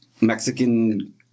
Mexican